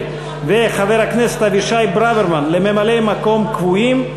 ואת חבר הכנסת אבישי ברוורמן לממלאי-מקום קבועים,